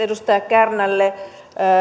edustaja kärnälle